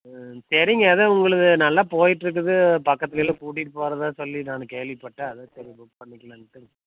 ஆ சரிங்க எதோ உங்களுது நல்லா போயிட்டிருக்குது பக்கத்தில் எல்லாம் கூட்டிகிட்டு போகிறதா சொல்லி நான் கேள்விப்பட்டேன் அதுதான் சரி புக் பண்ணிக்கலான்ட்டு